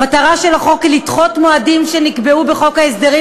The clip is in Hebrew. המטרה של החוק היא לדחות מועדים שנקבעו בחוק ההסדרים